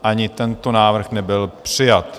Ani tento návrh nebyl přijat.